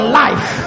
life